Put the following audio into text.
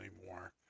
anymore